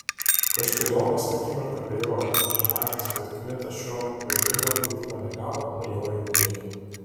kaštelionas akimirką abejojo bet pamatęs kad kmita šio garbingo kvietimo negavo nujojo į priekį